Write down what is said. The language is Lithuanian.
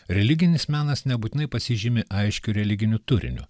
religinis menas nebūtinai pasižymi aiškiu religiniu turiniu